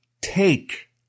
take